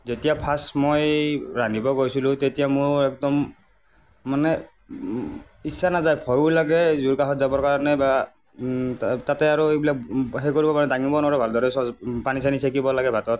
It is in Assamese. যেতিয়া ফাৰ্ষ্ট মই ৰান্ধিব গৈছিলোঁ তেতিয়া মোৰ একদম মানে ইচ্ছা নাযায় ভয়ো লাগে জুইৰ কাষত যাবৰ কাৰণে বা তাতে আৰু এইবিলাক সেই কৰিব দাঙিব নোৱাৰোঁ ভালদৰে পানী চানী চাকিব লাগে ভাতত